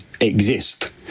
exist